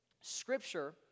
Scripture